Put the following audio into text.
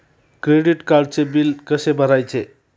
Credit कार्डचे bill कसे भरायचे?